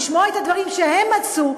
לשמוע את הדברים שהם מצאו,